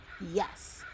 yes